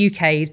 UK